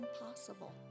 impossible